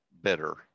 better